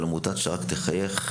אני רק אומר שעמותת "שרך תחייך"